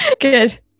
Good